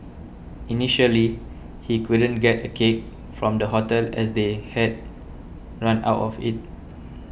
initially he couldn't get a cake from the hotel as they had run out of it